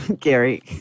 Gary